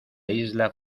isla